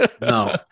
No